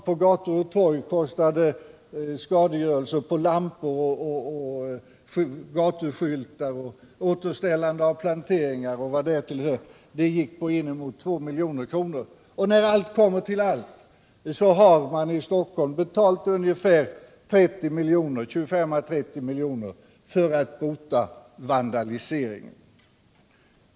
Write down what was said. På gator och torg kostade skadegörelsen på lampor, gatuskyltar, planteringar och vad därtill hör inemot 2 milj.kr. När allt kommer till allt har man i Stockholm betalat ungefär 25-30 milj.kr. för att bota vandalisering och småstölder.